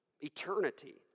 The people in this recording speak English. eternity